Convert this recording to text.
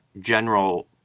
general